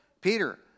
Peter